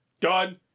done